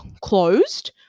closed